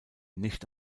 nicht